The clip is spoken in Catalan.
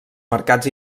mercats